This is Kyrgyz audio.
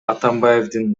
атамбаевдин